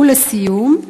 ולסיום,